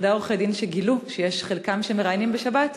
משרדי עורכי-הדין שגילו שיש חלק מהם שמראיינים בשבת,